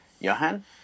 Johan